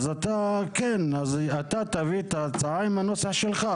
אז אתה כן, אז אתה תביא את ההצעה עם הנוסח שלך.